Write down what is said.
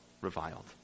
reviled